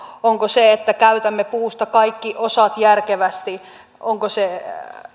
onko se että käytämme puusta kaikki osat järkevästi